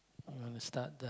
I'm gonna start the